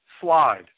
slide